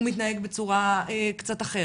הוא מתנהג בצורה קצת אחרת,